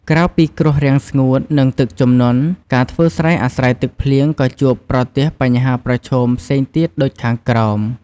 ក្រៅពីគ្រោះរាំងស្ងួត និងទឹកជំនន់ ការធ្វើស្រែអាស្រ័យទឹកភ្លៀងក៏ជួបប្រទះបញ្ហាប្រឈមផ្សេងទៀតដូចខាងក្រោម។